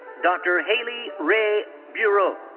dr. hailey rhea bureau.